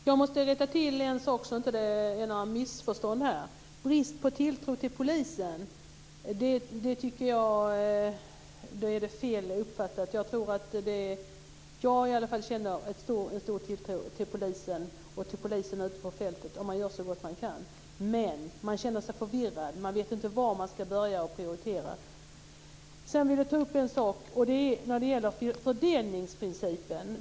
Fru talman! Jag måste rätta till en sak så att det inte blir några missförstånd här. Det där med brist på tilltro till polisen är fel uppfattat. Jag känner i alla fall en stor tilltro till polisen och dess arbete ute på fältet. Man gör så gott man kan. Men man känner sig förvirrad. Man vet inte vad man ska prioritera. Sedan vill jag ta upp en sak som gäller fördelningsprincipen.